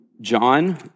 John